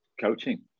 coaching